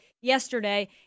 yesterday